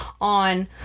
on